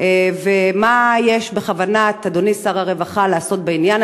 מה יש בכוונת אדוני שר הרווחה לעשות בעניין הזה,